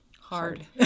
hard